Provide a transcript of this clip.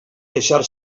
deixar